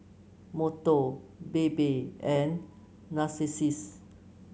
Monto Bebe and Narcissus